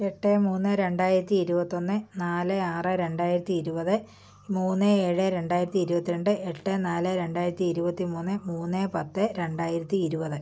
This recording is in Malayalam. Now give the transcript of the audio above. എട്ട് മൂന്ന് രണ്ടായിരത്തി ഇരുപത്തൊന്ന് നാല് ആറ് രണ്ടായിരത്തി ഇരുപത് മൂന്ന് ഏഴ് രണ്ടായിരത്തി ഇരുപത്ത്രണ്ടേ എട്ട് നാല് രണ്ടായിരത്തി ഇരുപത്തി മൂന്ന് മൂന്ന് പത്ത് രണ്ടായിരത്തി ഇരുപത്